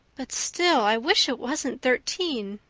but still i wish it wasn't thirteen.